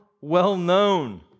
well-known